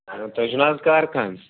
hello تُہۍ چھُو نہَ حظ کارخان